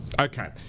Okay